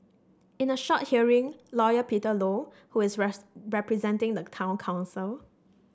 in a short hearing lawyer Peter Low who is representing the town council